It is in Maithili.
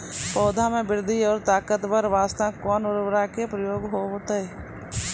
पौधा मे बृद्धि और ताकतवर बास्ते कोन उर्वरक के उपयोग होतै?